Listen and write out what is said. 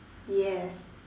ya